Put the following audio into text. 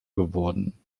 geworden